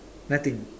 nothing